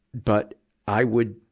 but i would,